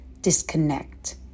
disconnect